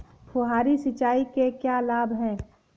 फुहारी सिंचाई के क्या लाभ हैं?